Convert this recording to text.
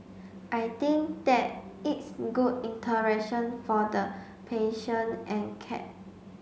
I think that it's good interaction for the patient and cat